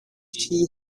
she